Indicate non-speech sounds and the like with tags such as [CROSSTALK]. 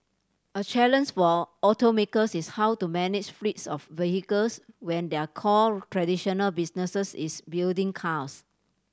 a [UNINTELLIGIBLE] for automakers is how to manage fleets of vehicles when their core traditional businesses is building cars